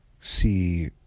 see